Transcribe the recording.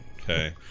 Okay